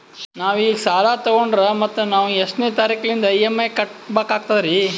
ನಾವು ಈಗ ಸಾಲ ತೊಗೊಂಡ್ರ ಮತ್ತ ನಾವು ಎಷ್ಟನೆ ತಾರೀಖಿಲಿಂದ ಇ.ಎಂ.ಐ ಕಟ್ಬಕಾಗ್ತದ್ರೀ?